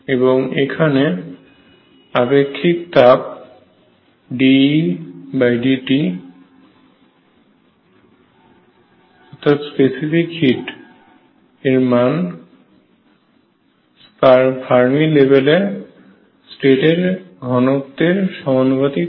এবং এখানে আপেক্ষিক তাপ dEdT এর মান ফার্মি লেভেলে স্টেট এর ঘনত্ব সমানুপাতিক হয়